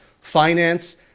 Finance